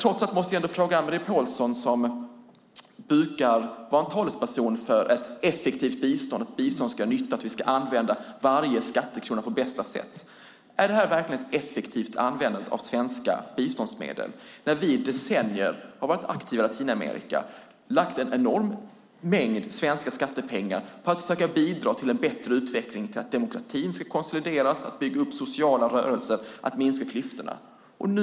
Trots allt måste jag fråga Anne-Marie Pålsson, som brukar vara en talesperson för ett effektivt bistånd, för att biståndet ska lyftas, för att vi ska använda varje skattekrona på bästa sätt: Är det här verkligen ett effektivt användande av svenska biståndsmedel? Vi har i decennier varit aktiva i Latinamerika och lagt en enorm mängd svenska skattepengar på att försöka bidra till en bättre utveckling, till att demokratin ska konsolideras, bygga upp sociala rörelser och minska klyftorna.